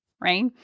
right